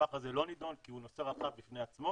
שבמסמך הזה לא נידון, כי הוא נושא רחב בפני עצמו